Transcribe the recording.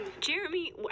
Jeremy